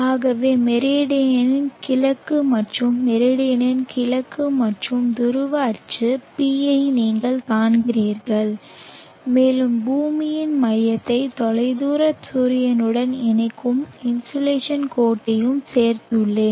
ஆகவே மெரிடியனின் கிழக்கு மற்றும் மெரிடியனின் கிழக்கு மற்றும் துருவ அச்சு p ஐ நீங்கள் காண்கிறீர்கள் மேலும் பூமியின் மையத்தை தொலைதூர சூரியனுடன் இணைக்கும் இன்சோலேஷன் கோட்டையும் சேர்த்துள்ளேன்